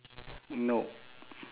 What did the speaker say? no